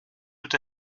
tout